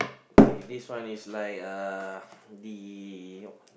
okay this one is like uh the